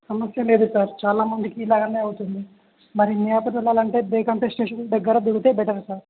సమస్య లేదు సార్ చాలా మందికి ఇలాగనే అవుతుంది మరి మియాపూర్ వెళ్ళాలంటే బేగుంపేట్ స్టేషన్ దగ్గర దిగుతే బెటర్ సార్